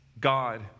God